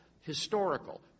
historical